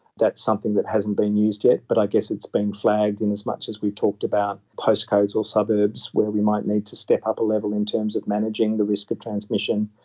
that's something that hasn't been used yet but i guess it's been flagged in as much as we talked about postcodes or suburbs where we might need to step up a level in terms of managing the risk of transmission.